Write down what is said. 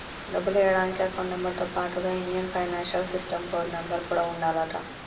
డబ్బులు ఎయ్యడానికి account number తో పాటుగా Indian financial system code number కూడా ఉండాలంట